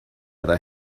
other